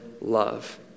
love